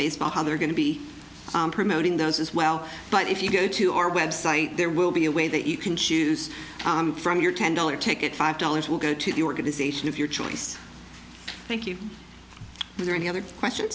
baseball how they're going to be promoting those as well but if you go to our website there will be a way that you can choose from your ten dollar ticket five dollars will get to the organization if your choice thank you are there any other questions